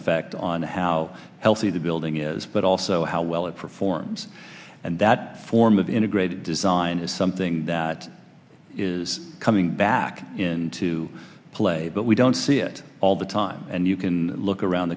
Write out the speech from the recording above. effect on how healthy the building is but also how well it performs and that form of integrated design is something that is coming back into play but we don't see it all the time and you can look around